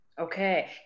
Okay